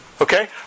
Okay